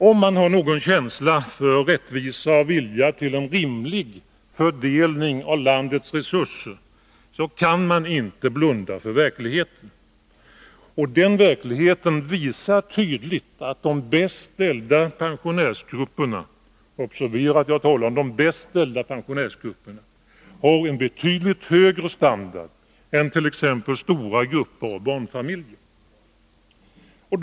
Om man har någon känsla för rättvisa och en vilja till en rimlig fördelning avlandets resurser kan man inte blunda för verkligheten. Den visar tydligt att de bäst ställda pensionärsgrupperna — observera att jag talar om de bäst ställda pensionärsgrupperna — har en betydligt högre standard än t.ex. stora grupper av barnfamiljer.